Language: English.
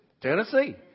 Tennessee